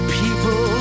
people